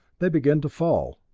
they began to fall.